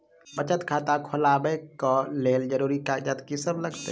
बचत खाता खोलाबै कऽ लेल जरूरी कागजात की सब लगतइ?